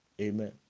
Amen